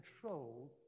controlled